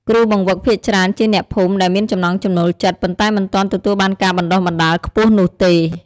គ្រូបង្វឹកភាគច្រើនជាអ្នកភូមិដែលមានចំណង់ចំណូលចិត្ត ប៉ុន្តែមិនទាន់ទទួលបានការបណ្តុះបណ្តាលខ្ពស់នោះទេ។